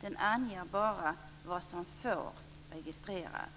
den anger bara vad som får registreras.